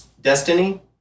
destiny